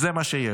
זה מה שיש.